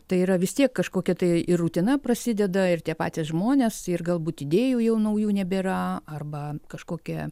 tai yra vis tiek kažkokia tai ir rutina prasideda ir tie patys žmonės ir galbūt idėjų jau naujų nebėra arba kažkokia